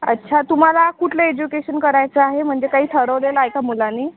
अच्छा तुम्हाला कुठलं एज्युकेशन करायचं आहे म्हणजे काही ठरवलेलं आहे का मुलानी